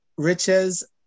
Riches